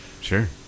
Sure